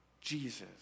Jesus